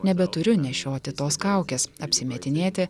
nebeturiu nešioti tos kaukės apsimetinėti